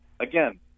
again